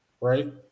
right